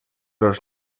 los